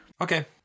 Okay